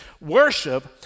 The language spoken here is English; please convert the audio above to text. Worship